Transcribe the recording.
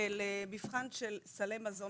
ולמבחן של סלי מזון